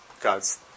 God's